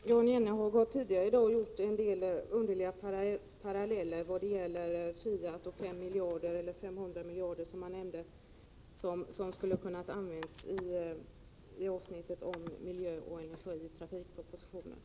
Fru talman! Jan Jennehag har tidigare i dag dragit en del omöjliga 25 maj 1988 paralleller när det gäller Fiat och 500 miljarder kronor som skulle ha kunnat användas inom ramen för avsnittet Miljö och energi i trafikpropositionen.